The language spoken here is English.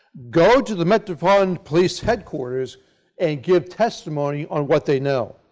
go to the metropolitan police headquarters and give testimony on what they know.